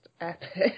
epic